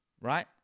right